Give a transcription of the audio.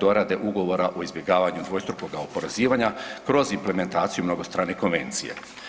dorade ugovora o izbjegavanju dvostrukoga oporezivanja kroz implementaciju mnogostrane konvencije.